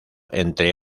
entre